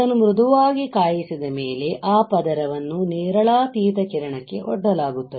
ಅದನ್ನು ಮೃದುವಾಗಿ ಕಾಯಿಸಿದ ಮೇಲೆ ಆ ಪದರವನ್ನು ನೇರಳಾತೀತ ಕಿರಣಕ್ಕೆ ಒಡ್ಡಲಾಗುತ್ತದೆ